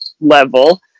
level